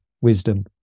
wisdom